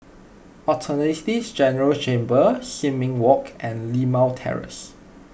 Attorney General's Chambers Sin Ming Walk and Limau Terrace